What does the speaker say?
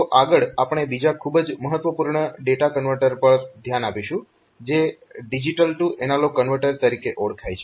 તો આગળ આપણે બીજા ખૂબ જ મહત્વપૂર્ણ ડેટા કન્વર્ટર પર ધ્યાન આપીશું જે ડિજીટલ ટૂ એનાલોગ કન્વર્ટર તરીકે ઓળખાય છે